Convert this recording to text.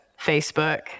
Facebook